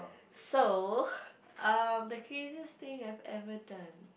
so uh the craziest thing I have ever done